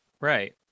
Right